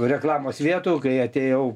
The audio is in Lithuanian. reklamos vietų kai atėjau